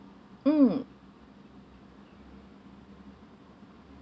mm